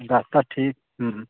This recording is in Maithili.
रास्ता ठीक हुँ